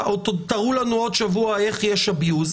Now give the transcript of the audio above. תראו לנו בעוד שבוע איך יש ניצול לרעה,